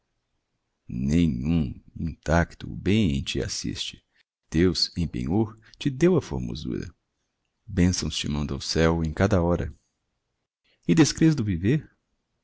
nenhum intacto o bem em ti assiste deus em penhor te deu a formosura bençãos te manda o céo em cada hora e descrês do viver